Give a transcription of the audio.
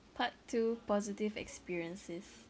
part two positive experiences